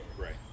Right